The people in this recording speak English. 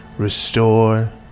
restore